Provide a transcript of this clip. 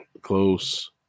Close